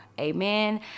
amen